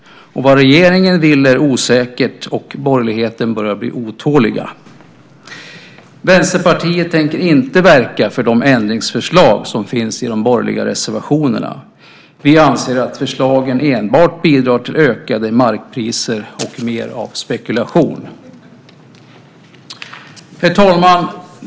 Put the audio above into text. Vad regeringen vill är osäkert, och borgerligheten börjar bli otålig. Vänsterpartiet tänker inte verka för de ändringsförslag som finns i de borgerliga reservationerna. Vi anser att förslagen enbart bidrar till ökade markpriser och mer av spekulation. Herr talman!